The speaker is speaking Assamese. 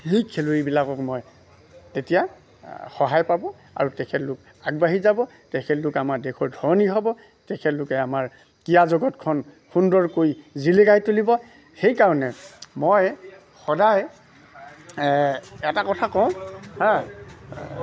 সেই খেলুৱৈবিলাকক মই তেতিয়া সহায় পাব আৰু তেখেতলোক আগবাঢ়ি যাব তেখেতলোক আমাৰ দেশৰ ধৰণী হ'ব তেখেতলোকে আমাৰ ক্ৰীড়া জগতখন সুন্দৰকৈ জিলিকাই তুলিব সেইকাৰণে মই সদায় এটা কথা কওঁ হাঁ